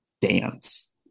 dance